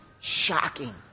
shocking